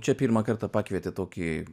čia pirmą kartą pakvietė tokį